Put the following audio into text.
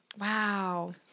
wow